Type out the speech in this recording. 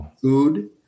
food